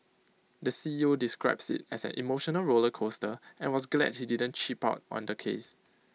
the C E O describes IT as an emotional roller coaster and was glad he didn't cheap out on the case